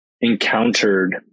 encountered